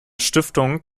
stiftung